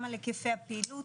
גם על היקפי הפעילות,